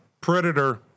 Predator